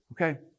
Okay